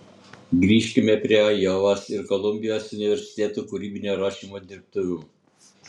grįžkime prie ajovos ir kolumbijos universitetų kūrybinio rašymo dirbtuvių